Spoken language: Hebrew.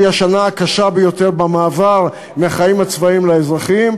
שהיא השנה הקשה ביותר במעבר מהחיים הצבאיים לאזרחיים,